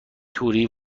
توری